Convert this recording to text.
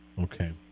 Okay